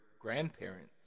grandparents